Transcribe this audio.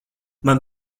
man